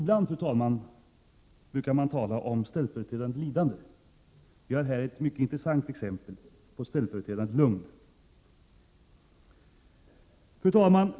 Man talar ibland om ställföreträdande lidande. Vi har här ett mycket intressant exempel på ställföreträdande lugn. Fru talman!